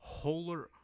holer